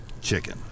Chicken